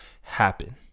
happen